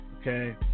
okay